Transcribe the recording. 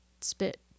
spit